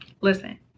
Listen